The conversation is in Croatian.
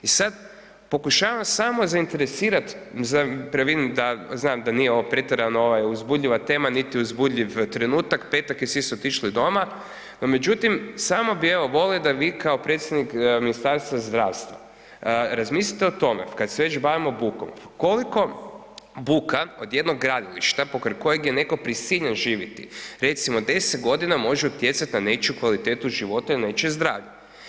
I sad, pokušavam samo zainteresirati za, vidim da, znam da nije ovo pretjerano uzbudljiva tema niti uzbudljiv trenutak, petak je, svi su otišli doma, no međutim, samo bih evo, volio da vi kao predstavnik Ministarstva zdravstva, razmislite o tome, kad se već bavimo bukom, koliko buka od jednog gradilišta, pokraj kojeg je netko prisiljen živjeti, recimo, 10 godina može utjecati na nečiju kvalitetu života i na nečije zdravlje.